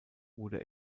wurde